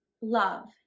love